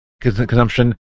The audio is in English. consumption